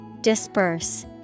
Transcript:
Disperse